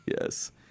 Yes